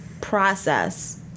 process